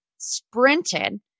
Sprinted